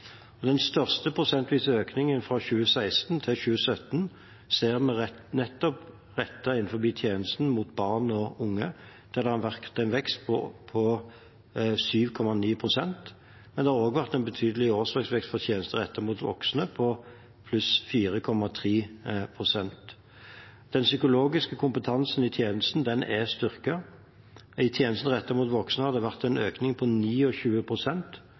Den største prosentvise økningen fra 2016 til 2017 ser vi innenfor nettopp tjenester som er rettet inn mot barn og unge, der det har vært en vekst på 7,9 pst. Men det har også vært en betydelig årsverksvekst for tjenester som er rettet mot voksne, på 4,3 pst. Den psykologiske kompetansen i tjenestene er styrket. I tjenestene som er rettet mot voksne, har det vært en økning på